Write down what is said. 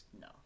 no